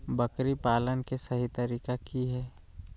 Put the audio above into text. बकरी पालन के सही तरीका की हय?